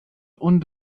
und